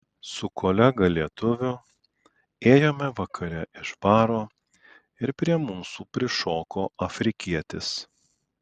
su kolega lietuviu ėjome vakare iš baro ir prie mūsų prišoko afrikietis